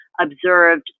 observed